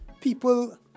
people